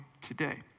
today